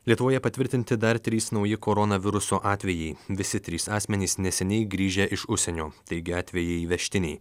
lietuvoje patvirtinti dar trys nauji koronaviruso atvejai visi trys asmenys neseniai grįžę iš užsienio taigi atvejai įvežtiniai